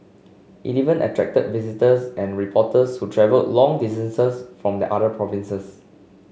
it even attracted visitors and reporters who travelled long distances from the other provinces